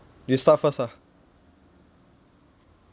you start first ah